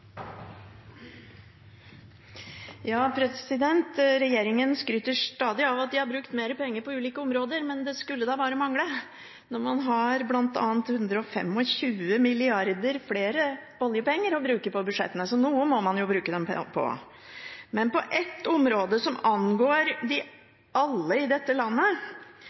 Regjeringen skryter stadig av at de har brukt mer penger på ulike områder, men det skulle da bare mangle når man har 125 mrd. kr mer av oljepengene å bruke på budsjettene. Noe må man jo bruke dem på. Men et område som angår alle i dette landet,